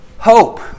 Hope